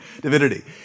divinity